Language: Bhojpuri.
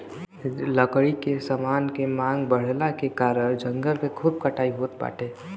लकड़ी के समान के मांग बढ़ला के कारण जंगल के खूब कटाई होत बाटे